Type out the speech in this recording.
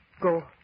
Go